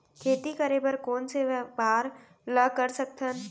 खेती करे बर कोन से व्यापार ला कर सकथन?